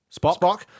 Spock